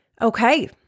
Okay